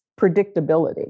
predictability